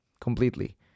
completely